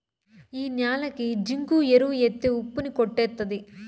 ఈ న్యాలకి జింకు ఎరువు ఎత్తే ఉప్పు ని కొట్టేత్తది